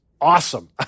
awesome